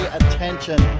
attention